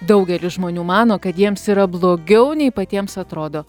daugelis žmonių mano kad jiems yra blogiau nei patiems atrodo